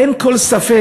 אין כל ספק,